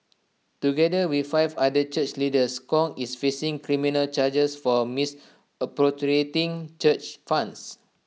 together with five other church leaders Kong is facing criminal charges for A misappropriating church funds